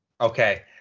Okay